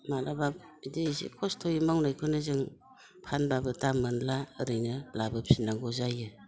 माब्लाबा बिदि एसे खस्थ'यै मावनायखौनो जों फानब्लाबो दाम मोनला ओरैनो लाबोफिननांगौ जायो